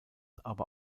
aber